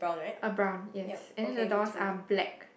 are brown yes and then the doors are black